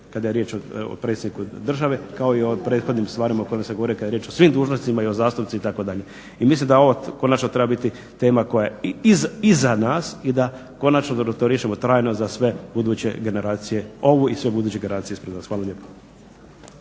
kada je riječ o predsjedniku države, kao i o prethodnim stvarima o kojima sam govorio kada je riječ o svim dužnosnicima i zastupnicima itd. I mislim da ovo konačno treba biti tema koja je iza nas i da konačno to riješimo trajno za sve buduće generacije, ovu i sve buduće generacije ispred nas. Hvala lijepo.